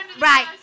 Right